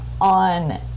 on